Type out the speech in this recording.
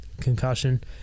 concussion